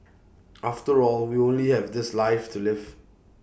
after all we only have this life to live